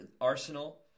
Arsenal